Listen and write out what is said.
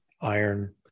iron